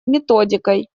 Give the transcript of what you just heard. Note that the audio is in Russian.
методикой